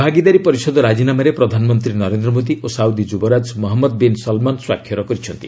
ଭାଗିଦାରୀ ପରିଷଦ ରାଜିନାମାରେ ପ୍ରଧାନମନ୍ତ୍ରୀ ନରେନ୍ଦ୍ର ମୋଦି ଓ ସାଉଦି ଯୁବରାଜ ମହମ୍ମଦ ବିନ୍ ସଲ୍ମନ୍ ସ୍ୱାକ୍ଷର କରିଛନ୍ତି